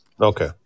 Okay